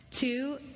Two